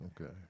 Okay